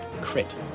Crit